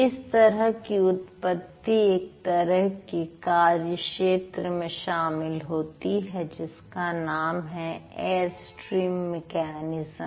इस तरह की उत्पत्ति एक तरह के कार्य क्षेत्र में शामिल होती है जिसका नाम है एयरस्ट्रीम मेकैनिज्म